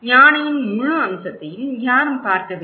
யானையின் முழு அம்சத்தையும் யாரும் பார்க்கவில்லை